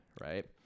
Right